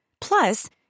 Plus